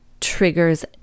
triggers